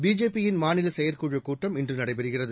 BJP யின் மாநிலசெயற்குழுக் கூட்டம் இன்றுநடைபெறுகிறது